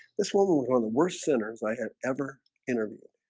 this woman was on the worst sinners i had ever interviewed